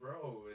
Bro